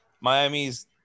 Miami's